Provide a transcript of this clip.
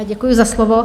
Děkuji za slovo.